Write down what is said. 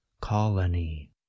colony